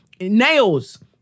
Nails